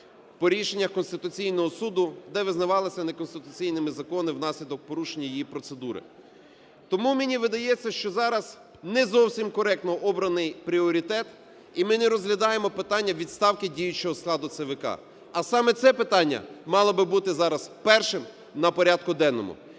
по рішеннях Конституційного Суду, де визнавалися неконституційними закони внаслідок порушення її процедури. Тому мені видається, що зараз не зовсім коректно обраний пріоритет, і ми не розглядаємо питання відставки діючого складу ЦВК, а саме це питання мало би бути зараз першим на порядку денному.